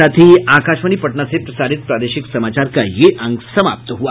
इसके साथ ही आकाशवाणी पटना से प्रसारित प्रादेशिक समाचार का ये अंक समाप्त हुआ